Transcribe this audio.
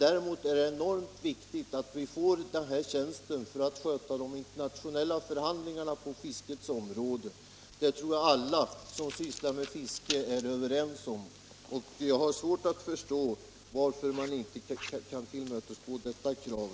Däremot är det enormt viktigt att vi får tjänsten vid fiskeristyrelsen för att kunna sköta de internationella förhandlingarna på fiskets område. Det tror jag att alla som sysslar med fiske är överens om, och jag har svårt att förstå varför man inte kan tillmötesgå oss i detta krav.